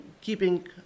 keeping